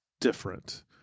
different